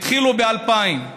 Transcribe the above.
התחילו ב-2000,